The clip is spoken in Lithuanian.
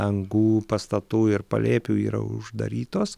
angų pastatų ir palėpių yra uždarytos